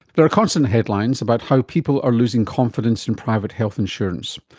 there are constant headlines about how people are losing confidence in private health insurance.